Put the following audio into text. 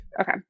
Okay